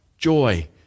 Joy